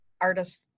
artist